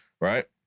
right